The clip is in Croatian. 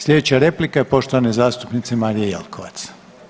Sljedeća replika je poštovane zastupnice Marije Jelkovac.